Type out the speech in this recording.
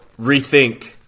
rethink